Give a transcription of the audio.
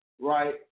right